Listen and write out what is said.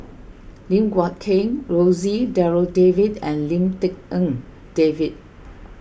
Lim Guat Kheng Rosie Darryl David and Lim Tik En David